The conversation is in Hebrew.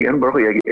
היגיון בריא,